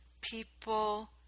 people